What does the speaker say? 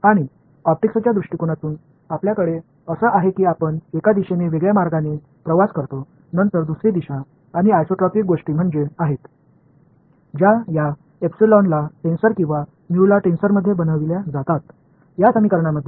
ஒளியியலில் உள்ள லென்ஸ்களில் நாம் அனைவரும் வித்தியாசமாக ஒரு திசையில் பயணிக்கிறோம் பின்னர் மற்றொரு திசையில் பயணிக்கிறோம் மற்றும் ஐசோட்ரோபிக் விஷயங்களும் உள்ளன இந்த எப்சிலனை ஒரு டென்சராகவோ அல்லது மியூவை ஒரு டென்சராகவோ மாற்றுவதன் மூலம் கைப்பற்றப்படுகிறது